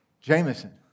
Jameson